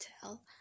tell